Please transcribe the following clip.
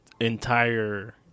entire